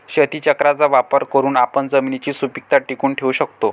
शेतीचक्राचा वापर करून आपण जमिनीची सुपीकता टिकवून ठेवू शकतो